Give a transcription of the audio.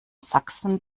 sachsen